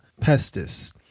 pestis